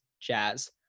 Jazz